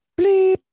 Bleep